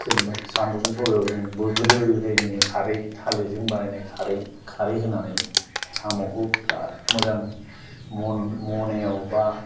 जेनोबा साम'जों सबाइबाबो जों गोदो गोदायनिनो खारै थालेरजों बानायनाय खारै खारै होनानै साम'खौ बिराद मोजां मनायाव बा